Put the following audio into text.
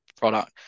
product